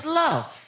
love